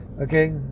Okay